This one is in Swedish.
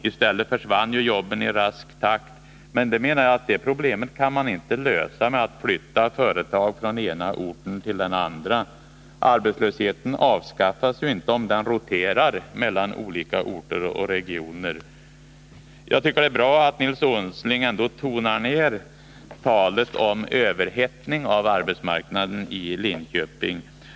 I stället försvann arbetstillfällen i rask takt. Det problemet kan man inte lösa genom att flytta företag från en ort till en annan. Arbetslösheten avskaffas inte om den roterar mellan olika orter och regioner. Jag tycker det är bra att Nils Åsling ändå tonar ned talet om överhettning av arbetsmarknaden i Linköping.